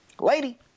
lady